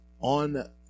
on